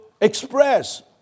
express